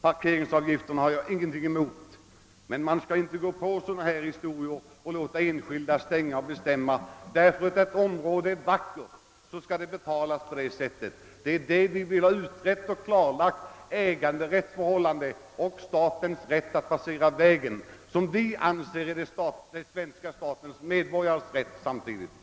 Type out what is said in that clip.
Parkeringsavgifterna har jag ingenting emot. Men man skall inte gå på sådana här saker och låta enskilda avstänga en väg till ett vackert område. Vad vi vill ha utrett är äganderättsförhållandet och statens — och därmed de svenska medborgarnas — rätt att använda vägen.